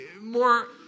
more